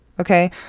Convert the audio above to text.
okay